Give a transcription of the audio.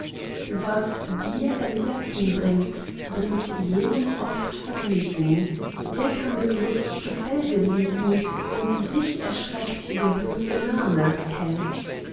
was dir entsetzen bringt bringt jenem oft vergnügen der kann mit lust zu felde liegen und dich erschreckt der bloße name held